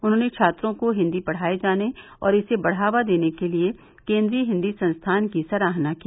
उन्होंने छात्रों को हिन्दी पढ़ाये जाने और इसे बढ़ावा देने के लिए केन्द्रीय हिन्दी संस्थान की सराहना की